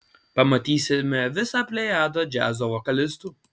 pamatysime visą plejadą džiazo vokalistų